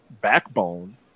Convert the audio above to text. backbone